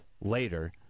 Later